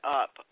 up